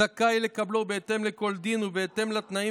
זכאי לקבלו בהתאם לכל דין ובהתאם לתנאים